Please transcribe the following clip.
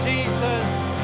Jesus